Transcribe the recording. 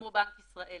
כמו בנק ישראל,